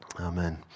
amen